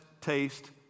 taste